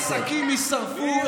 איזה עסקים יישרפו?